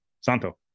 Santo